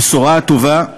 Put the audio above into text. הבשורה הטובה,